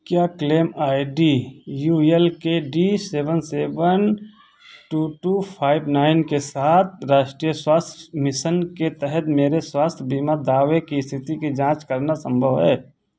क्या claim I D U L K D seven seven two two five nine के साथ राष्ट्रीय स्वास्थ्य मिशन के तहत मेरे स्वास्थ्य बीमा दावे की स्थिति की जाँच करना सम्भव है